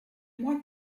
mois